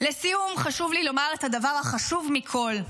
לסיום חשוב לי לומר את הדבר החשוב מכול: